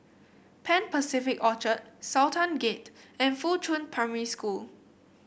Pan Pacific Orchard Sultan Gate and Fuchun Primary School